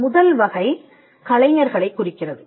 முதல் வகை கலைஞர்களைக் குறிக்கிறது